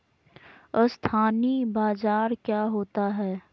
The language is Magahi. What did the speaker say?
अस्थानी बाजार क्या होता है?